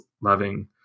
loving